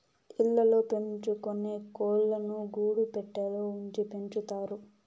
ఇళ్ళ ల్లో పెంచుకొనే కోళ్ళను గూడు పెట్టలో ఉంచి పెంచుతారు